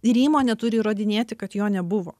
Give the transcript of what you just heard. ir įmonė turi įrodinėti kad jo nebuvo